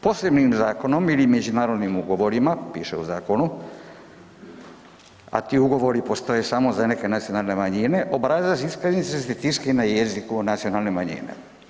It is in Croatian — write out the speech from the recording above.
Posebnim zakonom ili međunarodnim ugovorima, piše u zakonu, a ti ugovore postoje samo za neke nacionalne manjine, obrazac iskaznice se tiskaju i na jeziku nacionalne manjine.